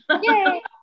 Yay